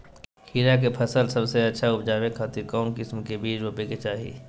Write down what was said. खीरा के फसल सबसे अच्छा उबजावे खातिर कौन किस्म के बीज रोपे के चाही?